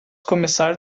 começar